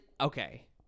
Okay